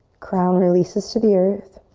crown releases to the earth.